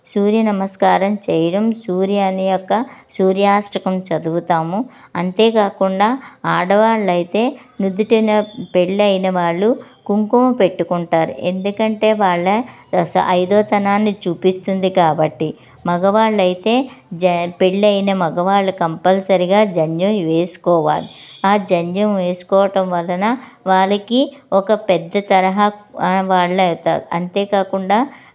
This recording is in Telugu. సూర్య నమస్కారం చేయడం సూర్యుని యొక్క సూర్యాష్టకం చదువుతాము అంతేకాకుండా ఆడవాళ్ళు అయితే నుదుటిన పెళ్ళయిన వాళ్ళు కుంకుమ పెట్టుకుంటారు ఎందుకంటే వాళ్ళ ఐదోతనాన్ని చూపిస్తుంది కాబట్టి మగవాళ్ళు అయితే జం పెళ్ళి అయిన మగవాళ్ళు కంపల్సరిగా జంధ్యం వేసుకోవాలి ఆ జంధ్యం వేసుకోవటం వలన వాళ్ళకి ఒక పెద్ద తరహా వాళ్ళు అవుతారు అంతేకాకుండా